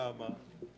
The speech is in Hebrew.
ולמה זה קורה?